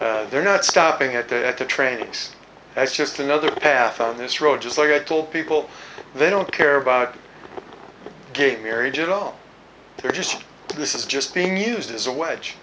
them they're not stopping at the at the trains that's just another path on this road just like i told people they don't care about gay marriage at all they're just this is just being used as a w